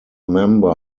member